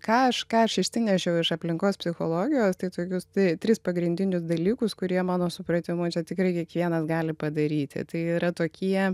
ką aš ką aš išsinešiau iš aplinkos psichologijos tai tokius tai tris pagrindinius dalykus kurie mano supratimu čia tikrai kiekvienas gali padaryti tai yra tokie